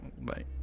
Bye